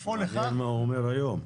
מעניין מה הוא אומר היום.